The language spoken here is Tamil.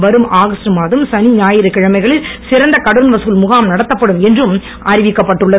வரும் ஆகஸ்ட் மாதம் சனி ஞாயிற்றுக் கிழமைகளில் சிறப்பு கடன் வதல் முகாம் நடத்தப்படும் என்றும் அறிவிக்கப்பட்டுள்ளது